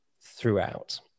throughout